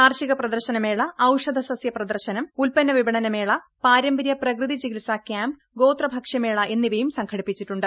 കാർഷിക പ്രദർശനമേള ഔഷധ സസ്യപ്രദർശം ഉൽപ്പന്ന വിപണനമേള പാരമ്പര്യ പ്രകൃതി ചികിത്സാ കൃാമ്പ് ഗോത്ര ഭക്ഷ്യമേള എന്നിവയും സംഘടിപ്പിച്ചിട്ടുണ്ട്